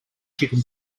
chicken